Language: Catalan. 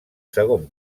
segon